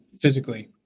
physically